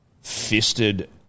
fisted